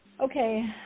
Okay